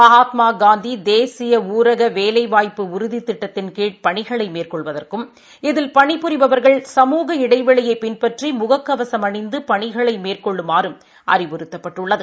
மகாத்மாகாந்தி தேசிய ஊரக வேலை வாய்ப்பு உறுதித் திட்டத்தின்கீழ் பணிகளை மேற்கொள்வதற்கும் இதில் பணி புரிபவர்கள் சமூக இடைவெளியை பின்பற்றி முககவசம் அணிந்து பணிகளை மேற்கொள்ளுமாறும் அறிவுறுத்தப்பட்டுள்ளது